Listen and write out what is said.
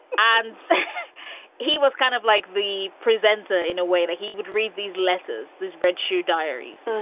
and he was kind of like the presenter in a way that he would read these letters, this red shoe diaries. so